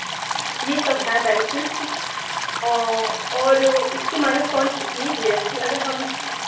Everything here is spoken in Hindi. ये सब हैं बेनेफ़िट्स और इसके माइनस पॉइंट्स एक ये भी है कि अगर हम